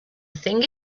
thing